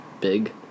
Big